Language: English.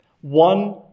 one